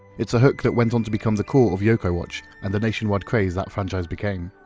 it's a hook that went on to become the core of yokai watch and the nationwide craze that franchise became.